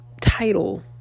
title